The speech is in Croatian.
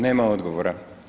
Nema odgovora?